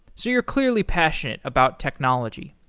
so you're clearly passionate about technology.